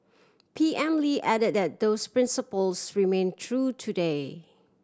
P M Lee added that those principles remain true today